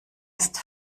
ist